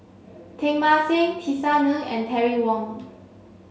Teng Mah Seng Tisa Ng and Terry Wong